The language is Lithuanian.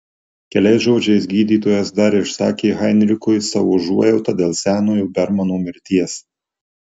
keliais žodžiais gydytojas dar išsakė heinrichui savo užuojautą dėl senojo bermano mirties